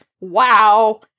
wow